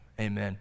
amen